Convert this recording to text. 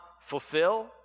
fulfill